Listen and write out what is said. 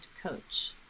Coach